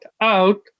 out